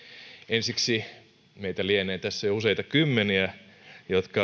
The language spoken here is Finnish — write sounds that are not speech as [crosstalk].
ensiksi meitä lienee tässä jo useita kymmeniä jotka [unintelligible]